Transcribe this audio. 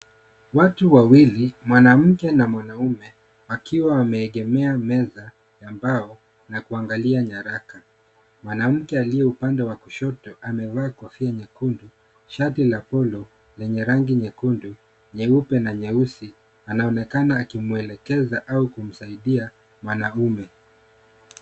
Watu wawili, mwanamke na mwanaume wakiwa wameegemea meza ya mbao na kuangalia nyaraka. Mwanamke aliye upande wa kushoto amevaa kofia nyekundu, shati la polo lenye rangi nyekundu, nyeupe na nyeusi anaonekana akimwelekeza au kumsaidia mwanamume.